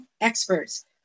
Experts